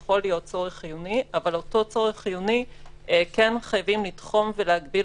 יכול להיות צורך חיוני אבל כן חייבים לתחום ולהגביל